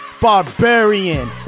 Barbarian